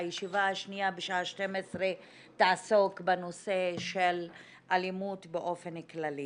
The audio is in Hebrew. הישיבה השנייה בשעה 12:00 תעסוק בנושא של אלימות באופן כללי.